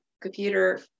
computer